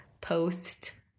post